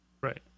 Right